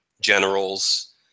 generals